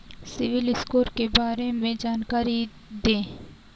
CIBIL score के बारे में जानकारी दें?